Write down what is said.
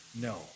no